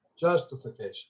Justification